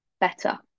better